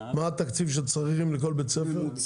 מה התקציב שצריכים לכל בית ספר?